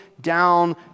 down